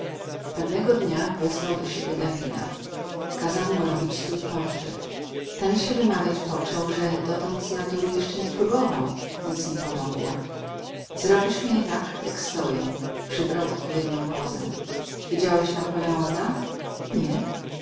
pewnego dnia wezwał do siebie davida kazał mu robić swój portret ten się wymawiać począł że dotąd z natury jeszcze nie próbował nic nie pomogło zrobisz mnie tak jak stoję przybrał odpowiednią pozę widziałeś napoleona nie